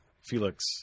Felix